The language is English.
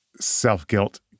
self-guilt